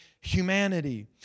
humanity